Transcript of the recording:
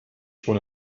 schon